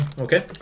Okay